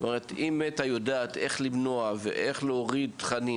אם מטא יודעת איך למנוע ואיך להוריד תכנים